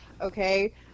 Okay